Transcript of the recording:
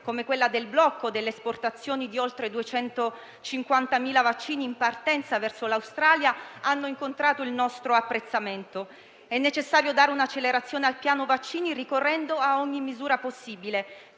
come quella del blocco delle esportazioni di oltre 250.000 vaccini in partenza verso l'Australia, hanno incontrato il nostro apprezzamento. È necessario dare un'accelerazione al piano vaccini, ricorrendo a ogni misura possibile,